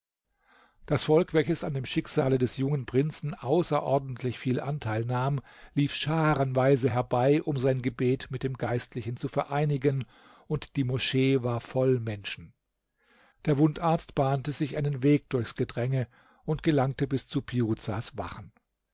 das volk welches an dem schicksale dieses jungen prinzen außerordentlich viel anteil nahm lief scharenweise herbei um sein gebet mit dem geistlichen zu vereinigen und die moschee war voll menschen der wundarzt bahnte sich einen weg durchs gedränge und gelangte bis zu piruzas wachen